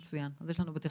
מצוין, אז יש לנו בתכנון.